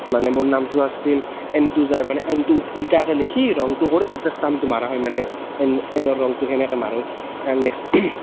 মানে মোৰ নামটো আছিল এনটো যায় মানে এনটো ওল্টাকৈ লিখি ৰঙটো কৰি তাতে ষ্টাম্পটো মৰা হয় মানে এন এনৰ ৰঙটো কেনেকৈ মাৰে তাৰ নেক্সট